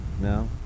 No